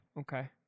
okay